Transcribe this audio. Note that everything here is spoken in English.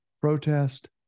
protest